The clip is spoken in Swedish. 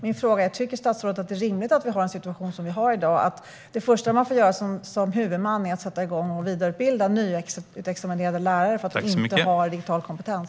Min fråga är: Tycker statsrådet att det är rimligt att vi har en situation, som vi har i dag, där det första man får göra som huvudman är att sätta igång och vidareutbilda nyutexaminerade lärare för att de inte har digital kompetens?